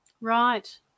right